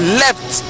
left